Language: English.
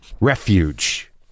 refuge